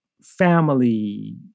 family